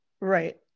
Right